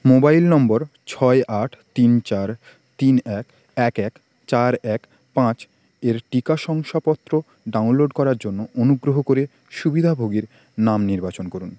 mobile number ছয় আট তিন চার তিন এক এক এক চার এক পাঁচ এর টিকা শংসাপত্র ডাউনলোড করার জন্য অনুগ্রহ করে সুবিধাভোগীর নাম নির্বাচন করুন